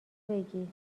بگی